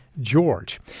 George